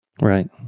Right